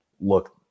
Look